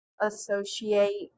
associate